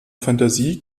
fantasie